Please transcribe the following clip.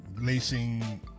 Lacing